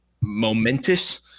momentous